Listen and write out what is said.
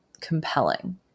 compelling